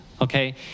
okay